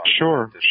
sure